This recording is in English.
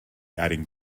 adding